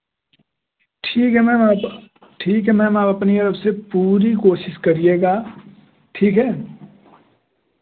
ठीक है मैम आप ठीक है मैम आप अपनी तरफ़ से पूरी कोशिश करिएगा ठीक है